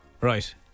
Right